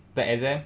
the exam